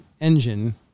engine